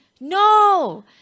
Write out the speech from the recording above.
no